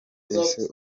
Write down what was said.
ese